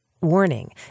Warning